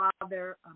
father